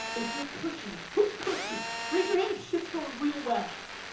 if you're cushy, who's cushy? raise your hand if shit's going real well.